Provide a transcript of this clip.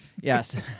Yes